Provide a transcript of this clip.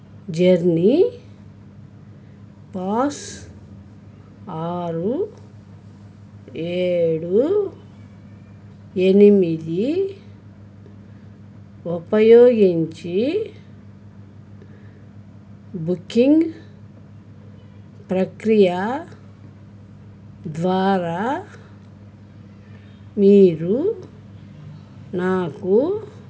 journey pass ఆరు ఏడు ఎనిమిది ఉపయోగించి బుకింగ్ ప్రక్రియ ద్వారా మీరు నాకు